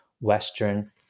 Western